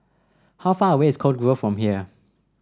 how far away is Cove Grove from here